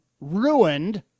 ruined